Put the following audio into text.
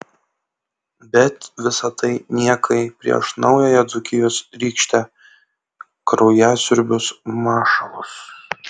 bet visa tai niekai prieš naująją dzūkijos rykštę kraujasiurbius mašalus